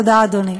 תודה, אדוני.